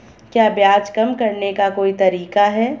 क्या ब्याज कम करने का कोई तरीका है?